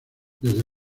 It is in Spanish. desde